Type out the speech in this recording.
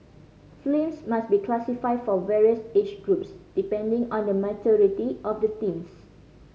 films must be classified for various age groups depending on the maturity of the themes